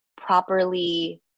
properly